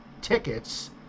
tickets